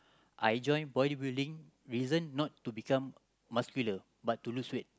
I joined bodybuilding reason not to become muscular but to lose weight